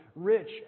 Rich